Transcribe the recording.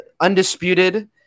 Undisputed